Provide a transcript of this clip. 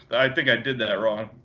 i think i did that wrong.